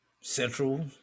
central